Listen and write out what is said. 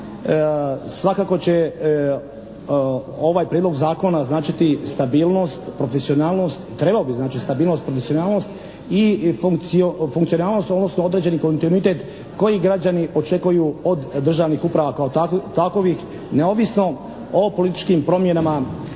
svakako će ovaj prijedlog zakona značiti stabilnost, profesionalnost, trebao bi značiti stabilnost, profesionalnost i funkcionalnost, odnosno određeni kontinuitet koji građani očekuju od državnih uprava kao takovih, neovisno o političkim promjenama